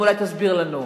אולי תסביר לנו.